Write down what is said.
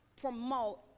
promote